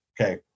okay